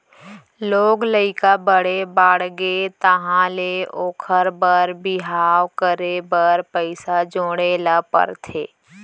लोग लइका बड़े बाड़गे तहाँ ले ओखर बर बिहाव करे बर पइसा जोड़े ल परथे